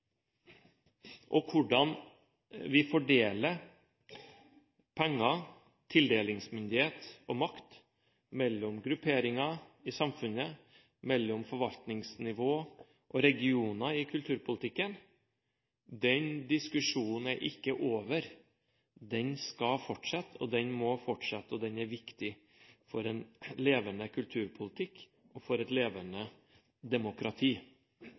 hvordan vi fordeler penger, tildelingsmyndighet og makt mellom grupperinger i samfunnet, mellom forvaltningsnivå og regioner i kulturpolitikken, er ikke over – den skal og må fortsette, for den er viktig for en levende kulturpolitikk og et levende demokrati.